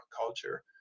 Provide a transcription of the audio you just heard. culture